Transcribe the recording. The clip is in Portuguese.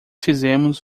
fizemos